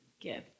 give